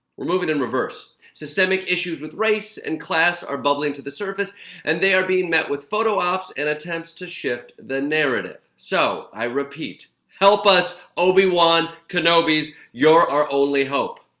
we're moving in reverse. systemic issues with race and class are bubbling to the surface and they are being met with photo-ops and attempts to shift the narrative. so, i repeat, help us obi-wan kenobis! you're our only hope.